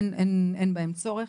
אין בהם צורך.